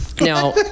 Now